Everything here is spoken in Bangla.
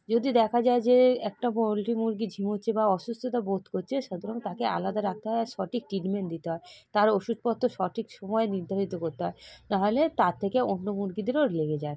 যদি দেখা যায় যে একটা পোলট্রি মুরগি ঝিমোচ্ছে বা অসুস্থতা বোধ করছে সুতরাং তাকে আলাদা রাখতে হয় আর সঠিক ট্রিটমেন্ট দিতে হয় তার ওষুধপত্র সঠিক সময় নির্ধারিত করতে হয় নাহলে তার থেকে অন্য মুরগিদেরও লেগে যায়